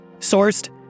sourced